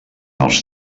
els